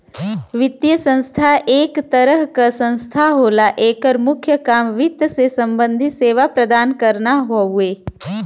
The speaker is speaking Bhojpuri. वित्तीय संस्था एक तरह क संस्था होला एकर मुख्य काम वित्त से सम्बंधित सेवा प्रदान करना हउवे